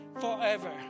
forever